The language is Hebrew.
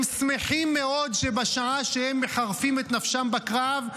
הם שמחים מאוד שבשעה שהם מחרפים את נפשם בקרב,